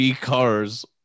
cars